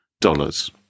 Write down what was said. dollars